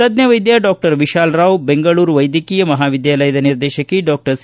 ತಜ್ಞ ವೈದ್ಯ ಡಾಕ್ಟರ್ ವಿಶಾಲ್ರಾವ್ ಬೆಂಗಳೂರು ವೈದ್ಯಕೀಯ ಮಹಾವಿದ್ಯಾಲಯದ ನಿರ್ದೇಶಕಿ ಡಾಕ್ಟರ್ ಸಿ